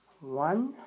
one